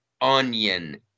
onion